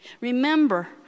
Remember